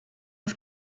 auf